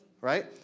Right